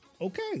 okay